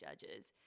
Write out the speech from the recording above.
judges